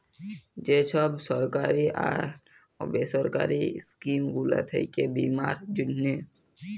যে ছব সরকারি আর বেসরকারি ইস্কিম গুলা থ্যাকে বীমার জ্যনহে